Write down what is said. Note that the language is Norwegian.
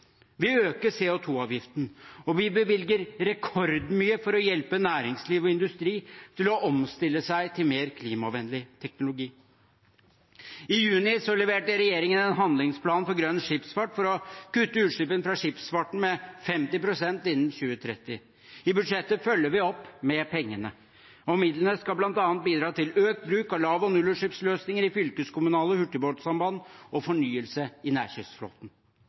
Vi øker CO 2 -avgiften, og vi bevilger rekordmye for å hjelpe næringsliv og industri til å omstille seg til mer klimavennlig teknologi. I juni leverte regjeringen en handlingsplan for grønn skipsfart, for å kutte utslippene fra skipsfarten med 50 pst. innen 2030. I budsjettet følger vi opp med pengene, og midlene skal bl.a. bidra til økt bruk av lav- og nullutslippsløsninger i fylkeskommunale hurtigbåtsamband og fornyelse i nærkystflåten.